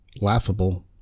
laughable